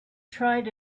tried